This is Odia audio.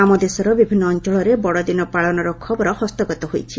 ଆମଦେଶର ବିଭିନ୍ନ ଅଞ୍ଚଳରେ ବଡ଼ଦିନ ପାଳନର ଖବର ହସ୍ତଗତ ହୋଇଛି